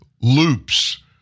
loops